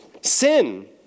Sin